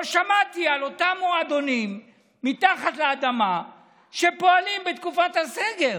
לא שמעתי על אותם מועדונים מתחת לאדמה שפועלים בתקופת הסגר,